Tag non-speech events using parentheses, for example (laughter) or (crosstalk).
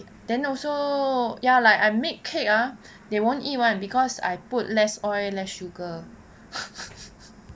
then also ya like I make cake ah they won't eat [one] because I put less oil less sugar (breath)